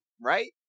right